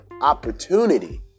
opportunity